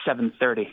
7:30